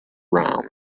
round